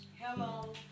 Hello